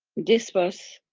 this was